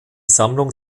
sammlung